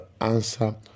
answer